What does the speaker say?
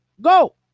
go